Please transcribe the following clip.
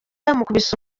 yamukubise